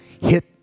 hit